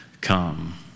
come